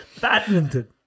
Badminton